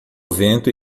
vento